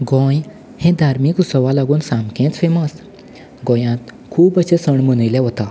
गोंय हें धार्मीक उत्सवा लागून सामकेंच फेमस गोंयांत खूब अशे सण मनयले वता